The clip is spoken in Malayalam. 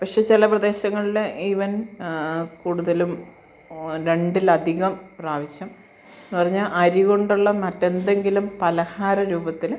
പക്ഷേ ചില പ്രദേശങ്ങളിൽ ഇവൻ കൂടുതലും ഓ രണ്ടിലധികം പ്രാവശ്യം പറഞ്ഞാൽ അരി കൊണ്ടുള്ള മറ്റെന്തെങ്കിലും പലഹാര രൂപത്തിൽ